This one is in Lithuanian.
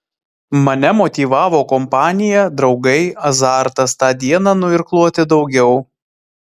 mane motyvavo kompanija draugai azartas tą dieną nuirkluoti daugiau